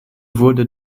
wurde